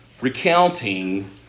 recounting